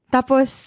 Tapos